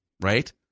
right